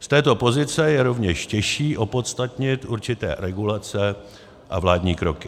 Z této pozice je rovněž těžší opodstatnit určité regulace a vládní kroky.